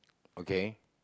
okay